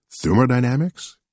thermodynamics